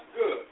good